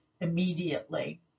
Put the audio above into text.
immediately